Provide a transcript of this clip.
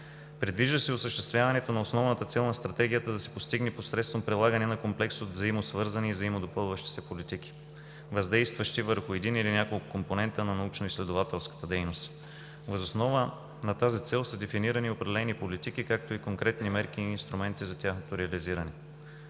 Предвижда се осъществяването на основната цел на Стратегията да се постигне посредством прилагане на комплекс от взаимосвързани и взаимодопълващи се политики, въздействащи върху един или няколко компонента на научноизследователската дейност. Въз основа на тази цел са дефинирани определени политики, както и конкретни мерки и инструменти за тяхното реализиране.